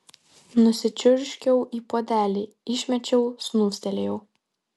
nusičiurškiau į puodelį išmečiau snūstelėjau